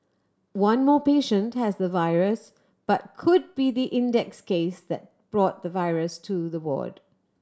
one more patient has the virus but could be the index case that brought the virus to the ward